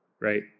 right